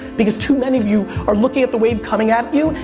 because too many of you are looking at the wave coming at you,